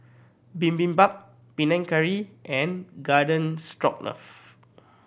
Bibimbap Panang Curry and Garden Stroganoff